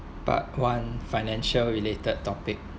part one financial related topic